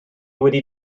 wedi